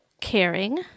caring